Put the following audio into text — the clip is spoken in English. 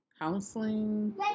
counseling